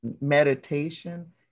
meditation